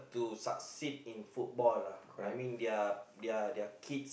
to succeed in football lah I mean their their their kid